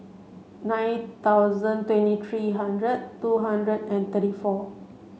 nine thousand twenty three hundred two hundred and thirty four